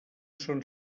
son